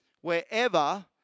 wherever